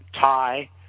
Thai